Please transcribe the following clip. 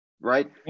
right